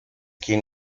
quien